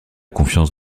confiance